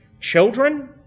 Children